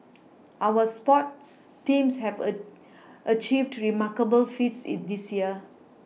our sports teams have a achieved remarkable feats this year